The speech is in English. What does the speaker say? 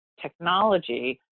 technology